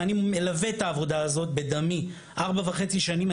ואני מלווה את העבודה הזאת בדמי ארבע וחצי שנים.